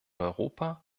europa